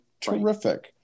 Terrific